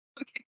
okay